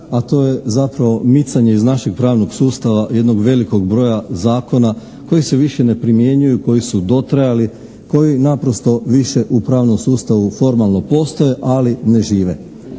a to je zapravo micanje iz našeg pravng sustava jednog velikog broja zakona koji se više ne primjenjuju, koji su dotrajali, koji naprosto više u pravnom sustavu formalno postoje ali ne žive.